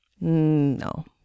no